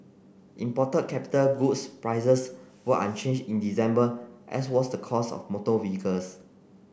imported capital goods prices were unchanged in December as was the cost of motor vehicles